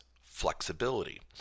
flexibility